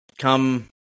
come